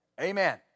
Amen